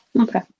okay